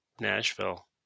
Nashville